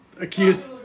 accused